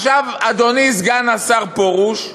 עכשיו, אדוני סגן השר פרוש,